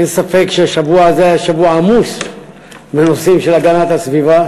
אין ספק שהשבוע הזה היה עמוס בנושאים של הגנת הסביבה: